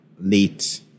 late